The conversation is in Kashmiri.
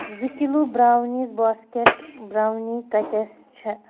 زٕ کِلوٗ برٛاونیٖز باسکٮ۪ٹ برٛاونی کتیٚس چھے